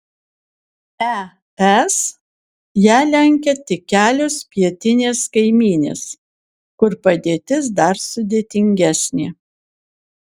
es ją lenkia tik kelios pietinės kaimynės kur padėtis dar sudėtingesnė